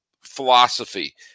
philosophy